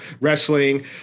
wrestling